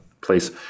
place